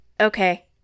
Okay